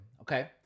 Okay